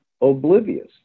oblivious